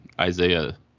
Isaiah